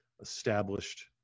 established